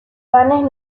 panes